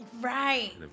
right